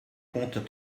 compte